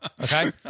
okay